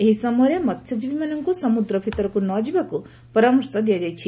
ଏହି ସମୟରେ ମହ୍ୟଜୀବୀମାନଙ୍କୁ ସମୁଦ୍ର ଭିତରକୁ ନ ଯିବାକୁ ପରାମର୍ଶ ଦିଆଯାଇଛି